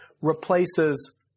replaces